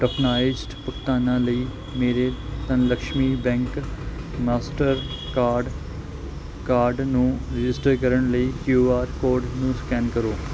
tokenized ਭੁਗਤਾਨਾਂ ਲਈ ਮੇਰੇ ਧਨਲਕਸ਼ਮੀ ਬੈਂਕ ਮਾਸਟਰਕਾਰਡ ਕਾਰਡ ਨੂੰ ਰਜਿਸਟਰ ਕਰਨ ਲਈ ਕਿਊ ਆਰ ਕੋਡ ਨੂੰ ਸਕੈਨ ਕਰੋ